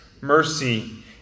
mercy